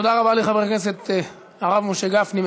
תודה רבה לחבר הכנסת, הרב משה גפני.